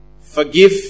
forgive